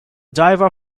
diver